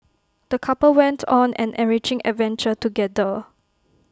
the couple went on an enriching adventure together